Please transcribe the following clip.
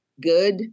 good